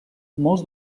molts